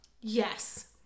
yes